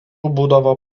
būdavo